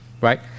right